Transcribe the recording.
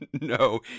No